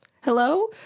Hello